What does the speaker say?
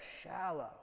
shallow